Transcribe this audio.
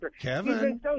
Kevin